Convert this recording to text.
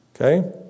Okay